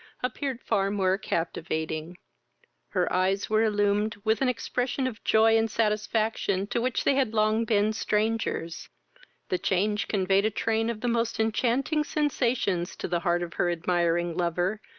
appeared far more captivating her eyes were illumined with an expression of joy and satisfaction to which they had long been strangers the change conveyed a train of the most enchanting sensations to the heart of her admiring lover,